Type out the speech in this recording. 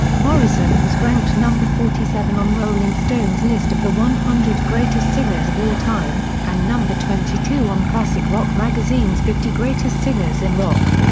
morrison was ranked number forty seven on rolling stone's list of the one hundred greatest singers of all time, and number twenty two on classic rock magazine's fifty greatest singers in rock.